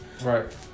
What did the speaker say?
Right